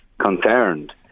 concerned